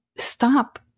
stop